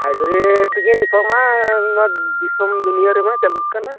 hybrid ᱜᱮ ᱱᱤᱛᱚᱜ ᱢᱟ ᱱᱚᱣᱟ ᱫᱤᱥᱚᱢ ᱫᱩᱱᱤᱭᱟ ᱨᱮᱢᱟ ᱪᱟᱹᱞᱩᱜ ᱠᱟᱱᱟ